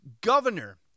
governor